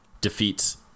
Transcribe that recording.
defeats